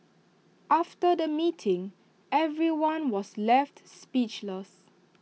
after the meeting everyone was left speechless